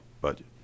budget